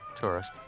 Tourist